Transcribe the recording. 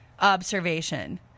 observation